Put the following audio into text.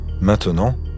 Maintenant